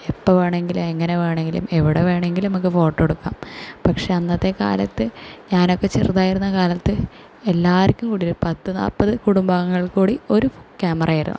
എപ്പോൾ വേണമെങ്കിലും ഏങ്ങനെ വേണമെങ്കിലും എവിടെ വേണമെങ്കിലും നമുക്ക് ഫോട്ടോ എടുക്കാം പക്ഷേ അന്നത്തെ കാലത്ത് ഞാനൊക്കെ ചെറുതായിരുന്ന കാലത്ത് എല്ലാവർക്കും കൂടെ ഒരു പത്തു നാൽപ്പത് കുടുംബാംഗങ്ങൾക്ക് കൂടി ഒരു ക്യാമറ ആയിരുന്നു